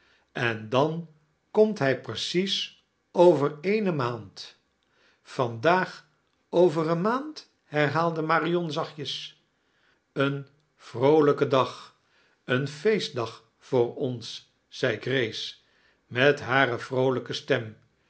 nu dan komt hij pnecie over eene maand vandaag oviea eene maand herhaalde marion zachtjes esn vroolijkiei dag een feestdag voor one zei grace met bare woolijke stem